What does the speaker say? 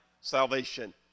salvation